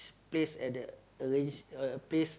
place at the arrange uh place